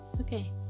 okay